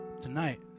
tonight